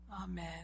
Amen